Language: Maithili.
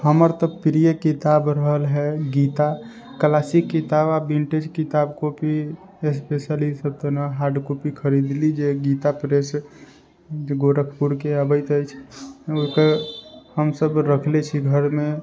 हमर तऽ प्रिय किताब रहल है गीता क्लासिक किताब आ विन्टेज किताब कॉपी स्पेशल ई सभ तऽ ने हॉर्ड कॉपी खरीदली जे गीता प्रेस जे गोरखपुरके अबैत अछि ओकर हम सभ रखले छी घरमे